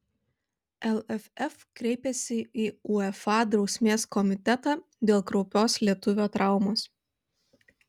lff kreipėsi į uefa drausmės komitetą dėl kraupios lietuvio traumos